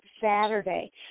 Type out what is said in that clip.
Saturday